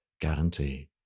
guarantee